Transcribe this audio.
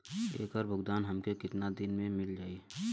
ऐकर भुगतान हमके कितना दिन में मील जाई?